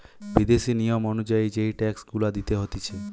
বিদেশি নিয়ম অনুযায়ী যেই ট্যাক্স গুলা দিতে হতিছে